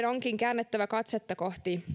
onkin käännettävä katsetta kohti